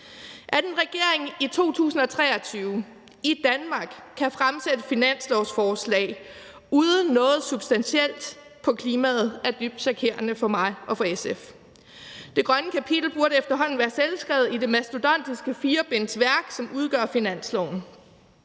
At en regering i 2023 i Danmark kan fremsætte et finanslovsforslag uden noget substantielt på klimaet, er dybt chokerende for mig og for SF. Det grønne kapitel burde efterhånden være selvskrevet i det mastodontiske firebindingsværk, som udgør finansloven.